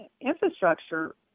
infrastructure